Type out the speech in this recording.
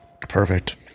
Perfect